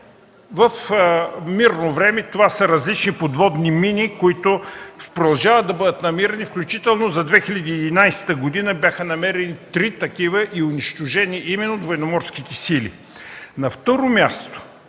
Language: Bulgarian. В мирно време това са различни подводни мини, които продължават да бъдат намирани, включително за 2011 г. бяха намерени три такива и унищожени именно от Военноморските сили. На трето място,